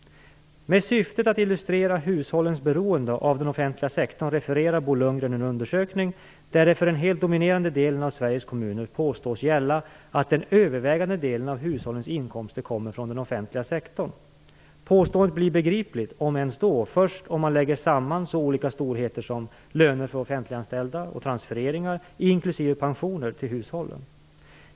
Med syftet att illustrera hushållens beroende av den offentliga sektorn refererar Bo Lundgren en undersökning där det för den helt dominerande delen av Sveriges kommuner påstås gälla att den övervägande delen av hushållens inkomster kommer från offentliga sektorn. Påståendet blir begripligt, om ens då, först om man lägger samman så olika storheter som löner för offentliganställda och transfereringar, inklusive pensioner, till hushållen.